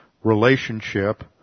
relationship